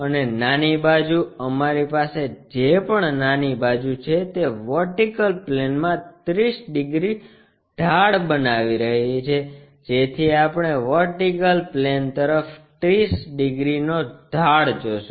અને નાની બાજુ અમારી પાસે જે પણ નાની બાજુ છે તે વર્ટિકલ પ્લેનમાં 30 ડિગ્રી ઢાળ બનાવી રહી છે જેથી આપણે વર્ટિકલ પ્લેન તરફ 30 ડિગ્રી નો ઢાળ જોશું